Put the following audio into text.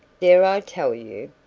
dare i tell you?